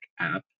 app